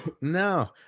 No